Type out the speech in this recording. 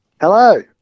Hello